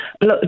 Look